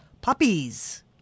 puppies